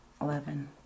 Eleven